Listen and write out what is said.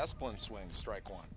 aspen swing strike one